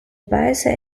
paese